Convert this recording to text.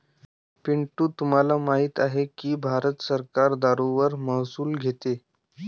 पिंटू तुम्हाला माहित आहे की भारत सरकार दारूवर महसूल घेते